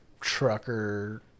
trucker